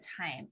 time